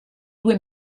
due